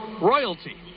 Royalty